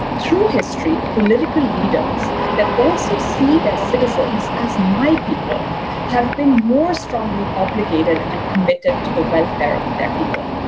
through history, political leaders that also see their citizens as my people have been more strongly obligated and committed to the welfare of their people.